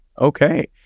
Okay